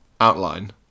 outline